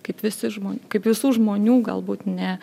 kaip visi žmon kaip visų žmonių galbūt ne